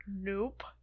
Nope